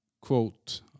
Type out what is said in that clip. quote